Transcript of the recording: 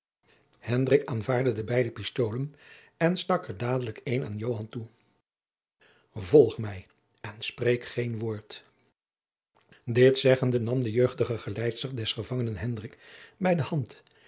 aanvaarde de beide pistoolen en stak er dadelijk een aan joan toe volg mij nu en spreek geen woord dit zeggende nam de jeugdige geleidster des gevangenen hendrik bij de hand